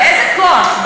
באיזה כוח?